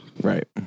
Right